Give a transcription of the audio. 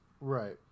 Right